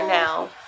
now